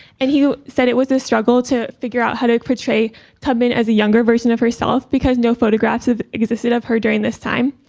and he said it was a struggle to figure out how to portray tubman as a younger version of herself, because no photographs have existed of her during this time.